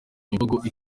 imvugo